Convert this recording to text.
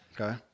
Okay